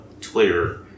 Twitter